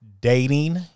Dating